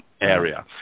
area